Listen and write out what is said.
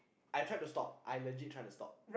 I tried to stop I legit tried to stop